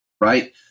Right